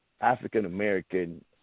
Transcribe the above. African-American